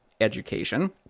education